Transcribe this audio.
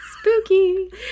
spooky